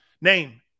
Name